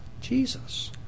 Jesus